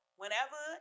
whenever